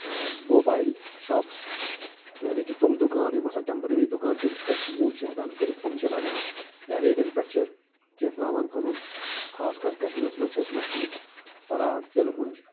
mobile shops یعنے کہِ تِم دُکان یِم ہسا ٹیٚمپرری دُکان چھِ یِم أسۍ موٗ چھِ ہٮ۪کان کٔرِتھ یِم چھِ لگان یا ریٖڈنین پٮ۪ٹھ چھِ کیٚنٛہہ ترٛاوان کٕنُن خاص کَر کشمیٖرس منٛز چھِ أسۍ مشہوٗر پۄراٹھ تِلہٕ مۄنٛجہِ